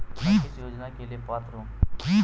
मैं किस योजना के लिए पात्र हूँ?